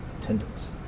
attendance